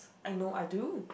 I know I do